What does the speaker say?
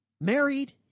married